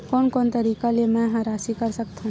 कोन कोन तरीका ले मै ह राशि कर सकथव?